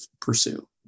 pursue